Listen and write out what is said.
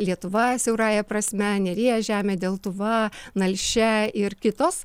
lietuva siaurąja prasme neries žemė deltuva nalšia ir kitos